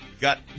Got